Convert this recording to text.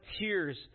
tears